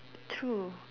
true